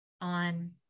on